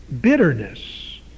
Bitterness